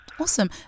Awesome